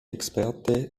experte